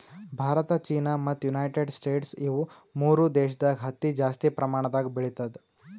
Bharat China ಮತ್ತ್ United States ಇವ್ ಮೂರ್ ದೇಶದಾಗ್ ಹತ್ತಿ ಜಾಸ್ತಿ ಪ್ರಮಾಣದಾಗ್ ಬೆಳಿತದ್